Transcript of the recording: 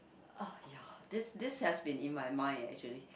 ah ya this this has been in my mind actually